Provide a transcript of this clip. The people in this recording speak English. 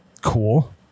cool